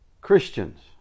Christians